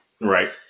right